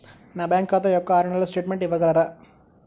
నా బ్యాంకు ఖాతా యొక్క ఆరు నెలల స్టేట్మెంట్ ఇవ్వగలరా?